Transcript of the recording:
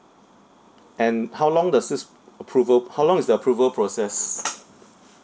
and how long does this approval how long is the approval process